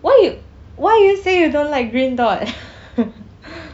why you why you say you don't like green dot